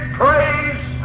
praise